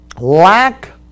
lack